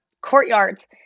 courtyards